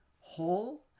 whole